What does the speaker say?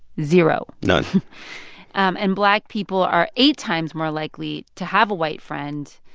zero none and black people are eight times more likely to have a white friend,